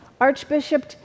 Archbishop